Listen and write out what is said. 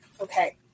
Okay